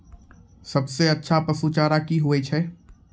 सबसे अच्छा पसु चारा की होय छै?